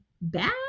bad